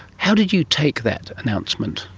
how did you take that announcement?